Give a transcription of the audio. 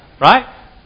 Right